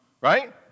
right